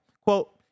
Quote